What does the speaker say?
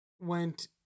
went